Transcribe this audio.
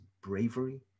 bravery